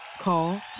Call